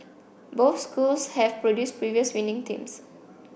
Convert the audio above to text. both schools have produced previous winning teams